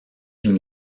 une